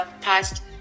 past